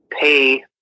pay